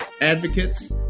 advocates